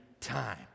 time